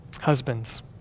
husbands